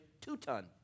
Two-Ton